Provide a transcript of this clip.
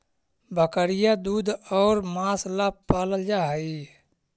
बकरियाँ दूध और माँस ला पलाल जा हई